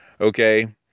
Okay